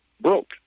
broke